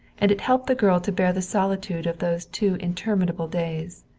and it helped the girl to bear the solitude of those two interminable days.